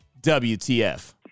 wtf